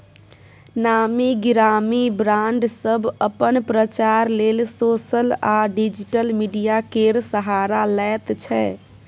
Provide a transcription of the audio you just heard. नामी गिरामी ब्राँड सब अपन प्रचार लेल सोशल आ डिजिटल मीडिया केर सहारा लैत छै